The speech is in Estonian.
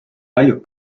paljud